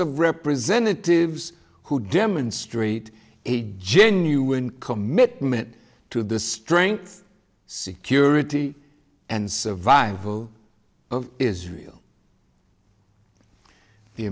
of representatives who demonstrate a genuine commitment to the strength security and survival of israel the